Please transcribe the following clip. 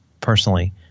personally